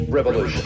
Revolution